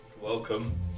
Welcome